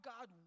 God